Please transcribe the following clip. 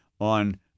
on